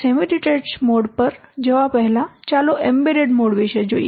semi detached mode પર જવા પહેલાં ચાલો એમ્બેડેડ મોડ વિશે જોઈએ